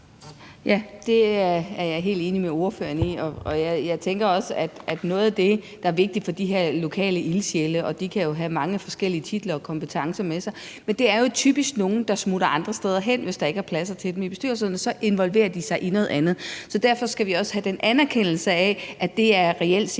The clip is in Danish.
(SF): Ja, det er jeg helt enig med ordføreren i. Jeg tænker også, at noget af det, der er vigtigt at sige i forhold til de her lokale ildsjæle – og de kan jo have mange forskellige titler og kompetencer med sig – er, at det typisk er nogle, der smutter andre steder hen, hvis der ikke er pladser til dem i bestyrelserne. Så involverer de sig i noget andet. Så derfor skal vi også anerkende, at det reelt set